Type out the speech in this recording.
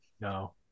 no